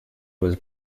was